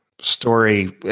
story